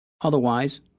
Otherwise